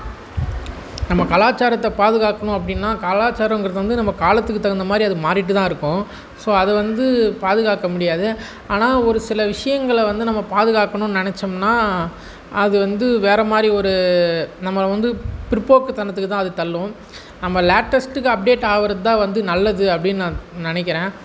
நம்ம கலாச்சாரத்தை பாதுகாக்கணும் அப்படினா கலாச்சாரங்கிறது வந்து நம்ம காலத்துக்கு தகுந்த மாதிரி அது மாறிக்கிட்டு தான் இருக்கும் ஸோ அது வந்து பாதுகாக்க முடியாது ஆனால் ஒரு சில விஷயங்கள வந்து நம்ம பாதுகாக்கணும்னு நெனைச்சோம்னா அது வந்து வேறு மாதிரி ஒரு நம்மளை வந்து பிற்போக்குத்தனத்துக்கு தான் அது தள்ளும் நம்ம லேட்டஸ்ட்டுக்கு அப்டேட் ஆகிறது தான் வந்து நல்லது அப்படினு நான் நான் நினைக்கிறேன்